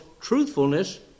truthfulness